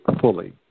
fully